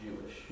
Jewish